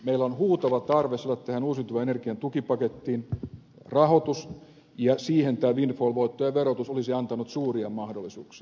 meillä on huutava tarve saada tähän uusiutuvan energian tukipakettiin rahoitus ja siihen windfall voittojen verotus olisi antanut suuria mahdollisuuksia